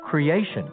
creation